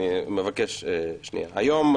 אני מבקש שנייה: היום,